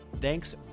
Thanks